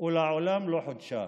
ולעולם לא חודשה.